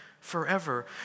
forever